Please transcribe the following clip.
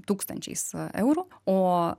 tūkstančiais eurų o